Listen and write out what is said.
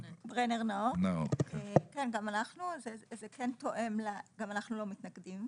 גם אנחנו לא מתנגדים